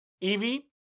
Evie